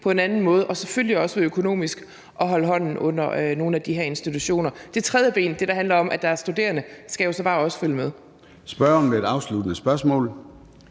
på en anden måde og selvfølgelig også ved økonomisk at holde hånden under nogle af de her institutioner. Det tredje ben – det, der handler om, at der er studerende – skal jo så bare også følge med.